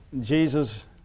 Jesus